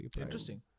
Interesting